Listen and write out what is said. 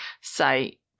say